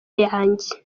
yanjye